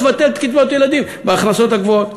תבטל את קצבאות הילדים בהכנסות הגבוהות.